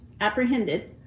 apprehended